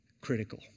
critical